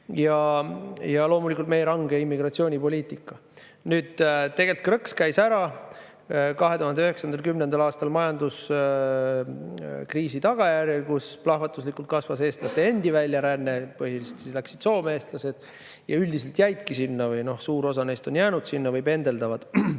loomulikult meie range immigratsioonipoliitika. Tegelikult käis krõks ära 2009.–2010. aastal majanduskriisi tagajärjel, kui plahvatuslikult kasvas eestlaste endi väljaränne. Põhiliselt läksid eestlased Soome ja üldiselt jäidki sinna või suur osa neist on jäänud sinna või pendeldavad.